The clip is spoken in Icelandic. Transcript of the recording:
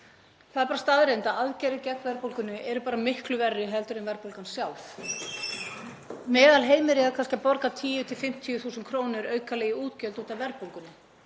Það er bara staðreynd að aðgerðir gegn verðbólgunni eru miklu verri en verðbólgan sjálf. Meðalheimili eru kannski að borga 10.000–50.000 kr. aukalega í útgjöld út af verðbólgunni